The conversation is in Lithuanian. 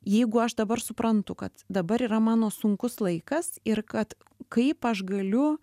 jeigu aš dabar suprantu kad dabar yra mano sunkus laikas ir kad kaip aš galiu